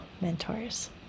mentors